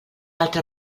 altre